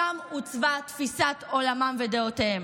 שם עוצבה תפיסת עולמם ודעותיהם.